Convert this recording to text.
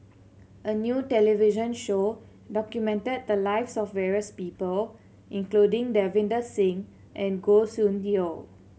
a new television show documented the lives of various people including Davinder Singh and Goh Soon Tioe